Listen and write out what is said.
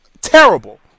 terrible